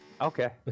Okay